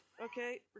Okay